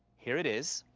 here it is.